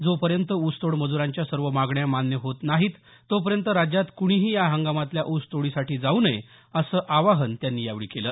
जोपर्यंत ऊसतोड मजुरांच्या सर्व मागण्या मान्य होत नाही तोपर्यंत राज्यात कुणीही या हंगामातल्या ऊसतोडीसाठी जाऊ नये असं आवाहन त्यांनी यावेळी केलं